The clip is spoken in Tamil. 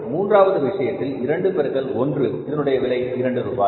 மூன்றாவது விஷயத்தில் 2 பெருக்கல் 1 அதனுடைய விலை 2 ரூபாய்